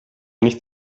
nicht